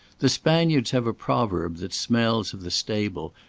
the spaniards have a proverb that smells of the stable,